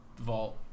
vault